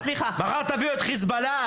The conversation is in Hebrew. מחר תביאו את חיזבאללה.